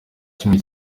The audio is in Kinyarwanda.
kimwe